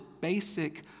basic